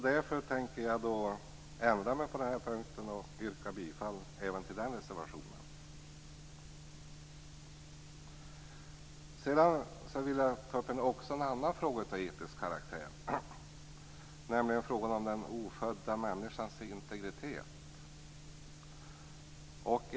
Därför tänker jag ändra mig på den här punkten och yrka bifall även till den reservationen. Sedan vill jag ta upp en annan fråga som också är av etisk karaktär, nämligen frågan om den ofödda människans integritet.